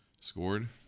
scored